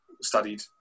Studied